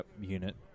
unit